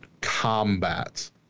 combat